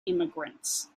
immigrants